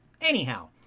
anyhow